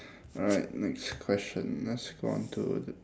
alright next question let's go on to d~